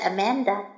Amanda